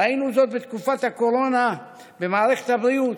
ראינו זאת בתקופת הקורונה במערכת הבריאות.